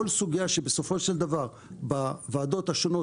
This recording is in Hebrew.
כל סוגיה שבסופו של דבר בוועדות השונות